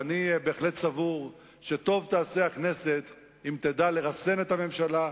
ואני בהחלט סבור שטוב תעשה הכנסת אם תדע לרסן את הממשלה,